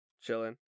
Chilling